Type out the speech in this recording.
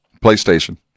PlayStation